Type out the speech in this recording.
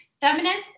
feminists